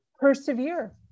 persevere